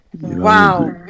Wow